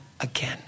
again